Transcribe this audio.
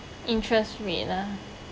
interest rate ah